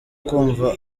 kumva